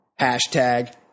hashtag